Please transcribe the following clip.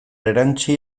erantsi